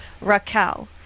Raquel